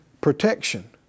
protection